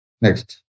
Next